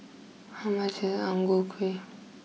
how much is Ang Ku Kueh